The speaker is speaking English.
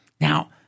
Now